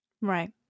Right